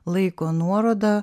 laiko nuoroda